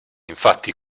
infatti